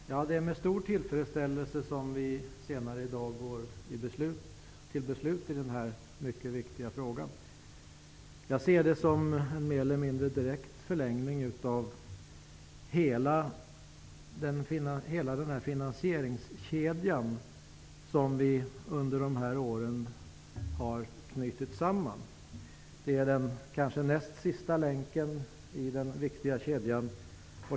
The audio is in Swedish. Herr talman! Det är med stor tillfredsställelse som vi senare i dag går till beslut i den här mycket viktiga frågan. Jag ser det som en mer eller mindre direkt förlängning av den finansieringskedja där vi under de här åren har knutit samman länkarna. Det är den näst sista länken i denna viktiga kedja.